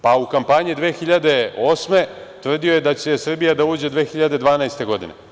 Pa, u kampanji 2008. godine tvrdio je da će Srbija da uđe 2012. godine.